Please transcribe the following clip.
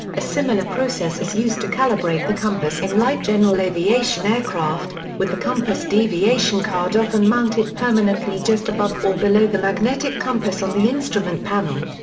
a similar process is used to calibrate the compass in light general aviation aircraft, with the compass deviation card often mounted permanently just above or below the magnetic compass on the instrument panel.